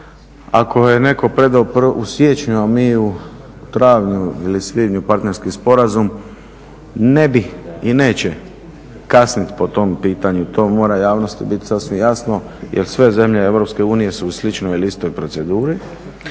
ako je netko predao u siječnju, a mi u travnju ili svibnju partnerski sporazum, ne bi i neće kasniti po tom pitanju, to mora javnosti biti sasvim jasno jer sve zemlje EU su u sličnoj ili istoj proceduri.